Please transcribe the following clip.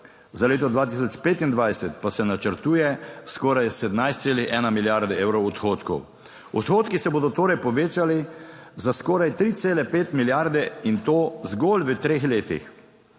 Za leto 2025 pa se načrtuje skoraj 17,1 milijarde evrov odhodkov. Odhodki se bodo torej povečali za skoraj 3,5 milijarde in to zgolj v treh letih,